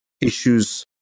issues